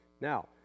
Now